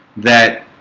that